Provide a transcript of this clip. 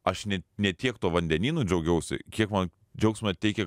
aš ne ne tiek tuo vandenynu džiaugiausi kiek man džiaugsmą teikė